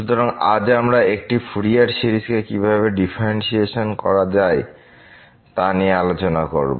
সুতরাং আজ আমরা একটি ফুরিয়ার সিরিজকে কীভাবে ডিফারেন্শিয়েট করা যায় তা নিয়ে আলোচনা করব